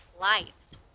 lights